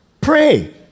pray